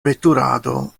veturado